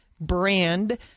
brand